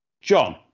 John